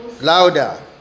Louder